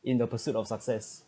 in the pursuit of success